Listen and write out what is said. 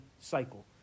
cycle